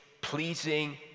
pleasing